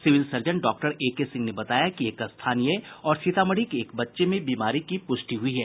civil surgeon doctor A K Singh ने बताया कि एक स्थानीय और सीतामढ़ी के एक बच्चे में बीमारी की पुष्टि हुई है